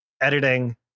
editing